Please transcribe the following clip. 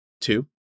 two